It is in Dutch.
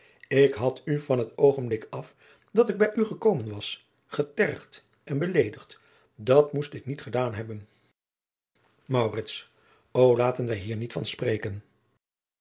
ik had u van het oogenblik af dat ik bij u gekomen was getergd en beleedigd dat moest ik niet gedaan hebben maurits o laten wij hier niet van spreken